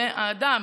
לעומת זאת, האדם